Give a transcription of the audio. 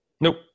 Nope